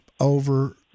over